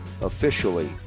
officially